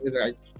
right